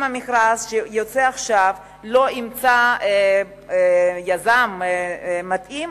במכרז שיוצא עכשיו לא יימצא יזם מתאים,